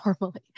normally